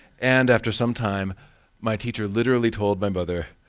and after some time my teacher literally told my mother,